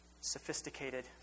sophisticated